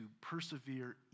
persevere